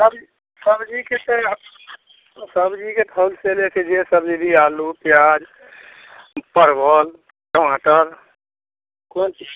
सब्जीके छै सब्जीके फल से ले के जे सब्जी भी आलू प्याज परवल टमाटर कोन चीज